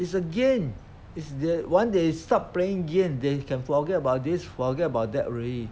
is the game it's the once they start playing game they can forget about this forget about that already